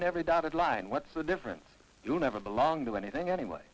never dotted line what's the difference you'll never belong to anything anyway